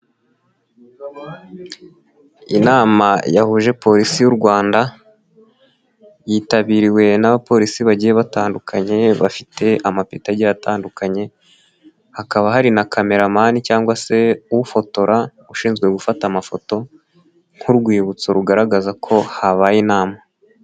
Inama yahuje polisi y'u Rwanda, yitabiriwe n'abapolisi bagiye batandukanye, bafite amapeti agiye atandukanye, hakaba hari na kameramani cyangwa se ufotora, ushinzwe gufata amafoto nk'urwibutso rugaragaza ko habaye inama.